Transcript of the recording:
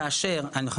כאשר אם ב-1960,